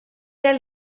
elle